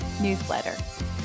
newsletter